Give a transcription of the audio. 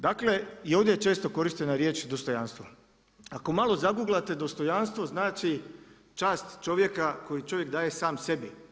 Dakle i ovdje je često korištena riječ dostojanstvo, ako malo zaguglate dostojanstvo znači čast čovjeka koju čovjek daje sam sebi.